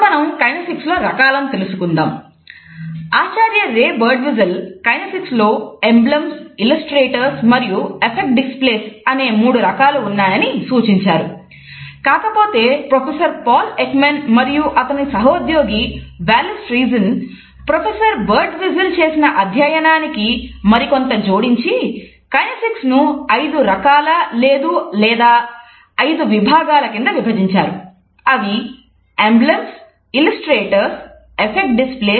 ఇప్పుడు మనం కైనేసిక్స్